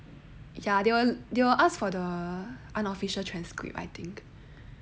ya they will they will ask for the unofficial transcript I think